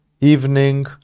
evening